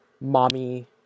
mommy